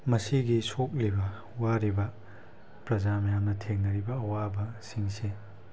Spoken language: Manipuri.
ꯃꯁꯤꯒꯤ ꯁꯣꯛꯂꯤꯕ ꯋꯥꯔꯤꯕ ꯄ꯭ꯔꯖꯥ ꯃꯌꯥꯝꯅ ꯊꯦꯡꯅꯔꯤꯕ ꯑꯋꯥꯕ ꯁꯤꯡꯁꯦ